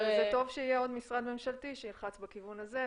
אבל טוב שיהיה עוד משרד ממשלתי שילחץ בכיוון הזה.